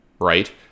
right